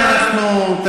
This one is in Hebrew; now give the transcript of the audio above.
אדוני היושב-ראש,